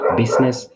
business